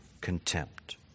contempt